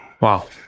Wow